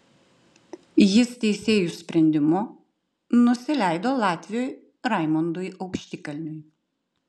jis teisėjų sprendimu nusileido latviui raimondui aukštikalniui